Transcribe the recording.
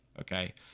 okay